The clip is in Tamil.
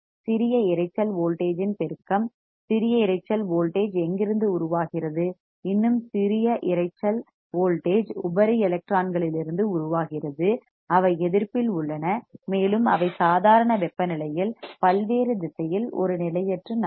சிறிய இரைச்சல் நாய்ஸ் வோல்டேஜ் இன் பெருக்கம் சிறிய இரைச்சல் நாய்ஸ் வோல்டேஜ் எங்கிருந்து உருவாகிறது இன்னும் சில இரைச்சல் நாய்ஸ் வோல்டேஜ் உபரி எலக்ட்ரான்களில் இருந்து உருவாகிறது அவை எதிர்ப்பில் உள்ளன மேலும் அவை சாதாரண அறை வெப்பநிலையில் பல்வேறு திசையில் ஒரு நிலையற்று நகரும்